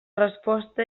resposta